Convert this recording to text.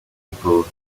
people